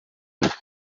ltd